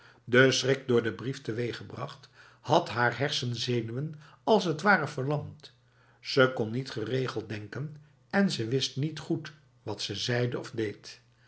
de schrik door de brief teweeggebracht had haar hersenzenuwen als het ware verlamd ze kon niet geregeld denken en ze wist niet goed wat ze zeide of deed